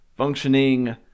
functioning